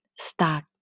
stuck